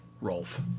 Rolf